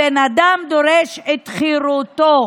הבן אדם דורש את חירותו,